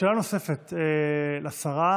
שאלה נוספת לשרה,